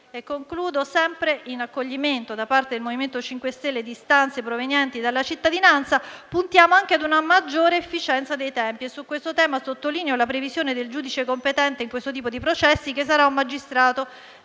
e concludo, sempre in accoglimento da parte del MoVimento 5 Stelle di istanze provenienti dalla cittadinanza, puntiamo anche a una maggiore efficienza dei tempi. Su questo tema sottolineo la previsione del giudice competente in questo tipo di processi, che sarà un magistrato